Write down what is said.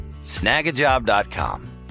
Snagajob.com